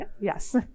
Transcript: Yes